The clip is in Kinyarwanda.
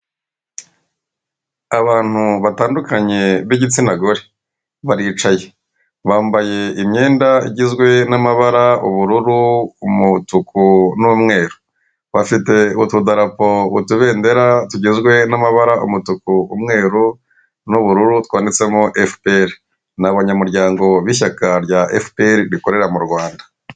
Abantu batandukanye b'igitsina gore baricaye; bambaye imyenda igizwe n'amabara ubururu, umutuku n'umweru; bafite utudarapo utubendera tugizweho n'amabara umutuku, umweru n'ubururu twanditsemo efuperi. Ni abanyamuryango b'ishyaka rya efuperi rikorera mu rwanda.